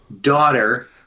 daughter